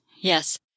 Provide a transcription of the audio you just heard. Yes